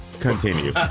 continue